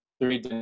three